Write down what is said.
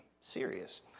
serious